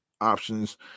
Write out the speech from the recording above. options